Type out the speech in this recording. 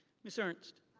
ms. ernst.